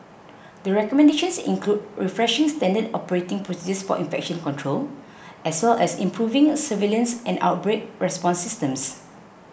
the recommendations include refreshing standard operating procedures for infection control as well as improving surveillance and outbreak response systems